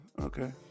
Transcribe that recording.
Okay